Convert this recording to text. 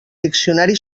diccionari